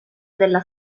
della